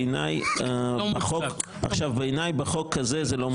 בעיניי בחוק הזה זה לא מוצדק.